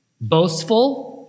boastful